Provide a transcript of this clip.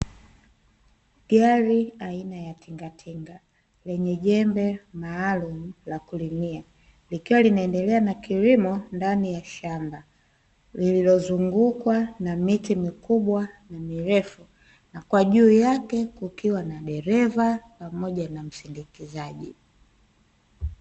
Gari aina ya tingatinga lenye jembe maalumu la kulimia likiwa linaendelea na kilimo ndani ya shamba lililo zungukwa na miti mikubwa na mirefu juu yake kukiwa na dereva pamoja na msindikizaji.